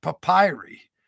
papyri